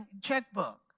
checkbook